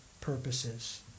purposes